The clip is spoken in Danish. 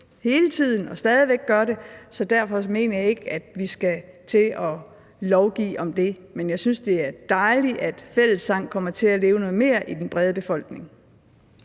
hele tiden og stadig væk gør det. Så derfor mener jeg ikke, at vi skal til at lovgive om det, men jeg synes, det er dejligt, at fællessang kommer til at leve mere i den brede befolkning.